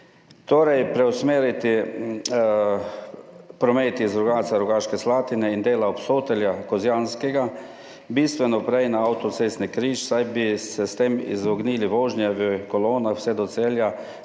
Torej preusmeriti promet iz Rogatca, Rogaške Slatine in dela Obsotelja, Kozjanskega bistveno prej na avtocestni križ, saj bi se s tem izognili vožnji v kolonah vse do Celja